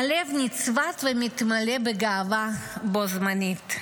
הלב נצבט ומתמלא בגאווה בו זמנית.